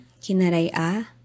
Kinaraya